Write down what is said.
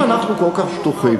אם אנחנו כל כך בטוחים,